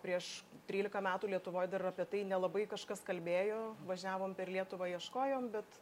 prieš trylika metų lietuvoj dar apie tai nelabai kažkas kalbėjo važiavom per lietuvą ieškojom bet